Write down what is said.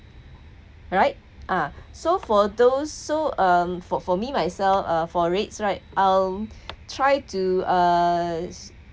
right ah so for those so um for for me myself uh for REITs right I'll try to uh